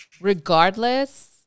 regardless